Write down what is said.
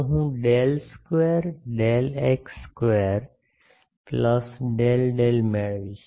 તો હું del square del x square plus del del મેળવીશ